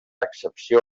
accepció